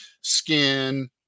skin